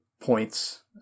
points